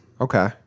Okay